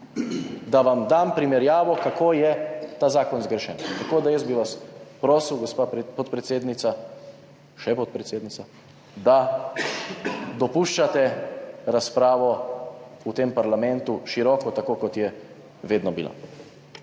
da vam dam primerjavo, kako je ta zakon zgrešen. Jaz bi vas prosil, gospa podpredsednica, še podpredsednica, da dopuščate razpravo v tem parlamentu, široko, tako kot je vedno bila.